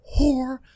whore